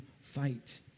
fight